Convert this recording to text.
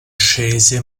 scese